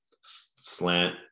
slant